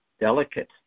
delicate